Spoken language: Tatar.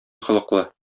холыклы